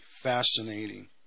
fascinating